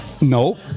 No